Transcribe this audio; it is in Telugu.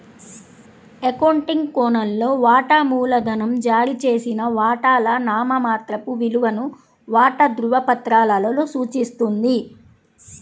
అకౌంటింగ్ కోణంలో, వాటా మూలధనం జారీ చేసిన వాటాల నామమాత్రపు విలువను వాటా ధృవపత్రాలలో సూచిస్తుంది